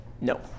No